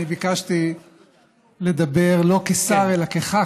אני ביקשתי לדבר לא כשר אלא כח"כ,